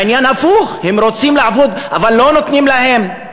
העניין הפוך, הם רוצים לעבוד, אבל לא נותנים להם.